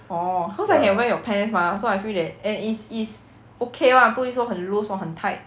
orh cause I can wear your pants mah so I feel that and is is okay [one] 不会说很 loose or 很 tight